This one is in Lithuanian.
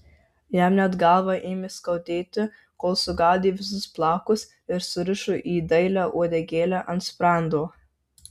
jam net galvą ėmė skaudėti kol sugaudė visus plaukus ir surišo į dailią uodegėlę ant sprando